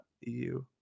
.eu